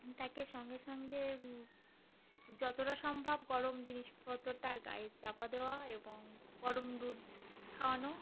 তাকে সঙ্গে সঙ্গে যতটা সম্ভব গরম জিনিস পত তার গাায়ের চাপা দেওয়া এবং গরম দুধ খাওয়ানো